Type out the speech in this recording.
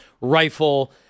rifle